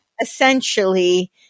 essentially